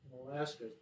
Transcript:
Alaska